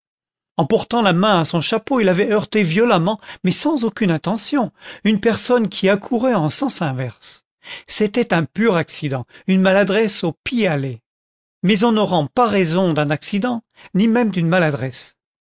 en portant la main à son chapeau il avait heurté violemment mais sans aucune intention une personne qui accourait en sens inverse c'était un pur accident une maladresse au pis aller mais on ne rend pas raison d'un accident ni même d'une maladresse